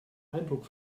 eindruck